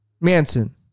Manson